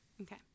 Okay